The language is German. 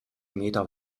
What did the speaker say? meter